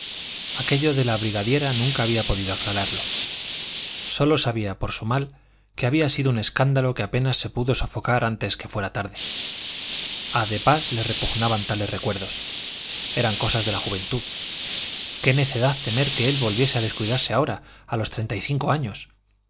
aquello de la brigadiera nunca había podido aclararlo sólo sabía por su mal que había sido un escándalo que apenas se pudo sofocar antes que fuera tarde a de pas le repugnaban tales recuerdos eran cosas de la juventud qué necedad temer que él volviese a descuidarse ahora a los treinta y cinco años